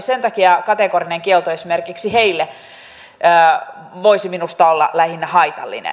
sen takia kategorinen kielto esimerkiksi heille voisi minusta olla lähinnä haitallinen